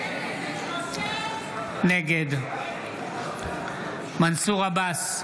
נגד מנסור עבאס,